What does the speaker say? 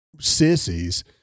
sissies